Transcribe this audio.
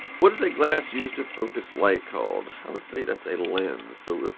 what is a glass used to focus light called. i would say that's a lens. so, whoops.